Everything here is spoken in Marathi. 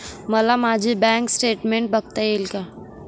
मला माझे बँक स्टेटमेन्ट बघता येईल का?